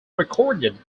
recorded